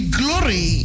glory